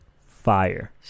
Fire